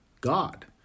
God